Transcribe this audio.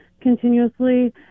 continuously